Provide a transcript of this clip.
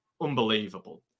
unbelievable